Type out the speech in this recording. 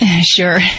Sure